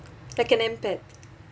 like a name-tag